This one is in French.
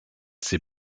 ses